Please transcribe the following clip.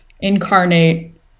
incarnate